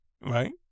Right